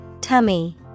Tummy